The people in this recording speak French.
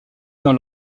dans